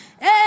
Hey